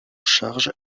charge